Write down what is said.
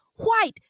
White